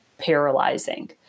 paralyzing